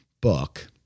book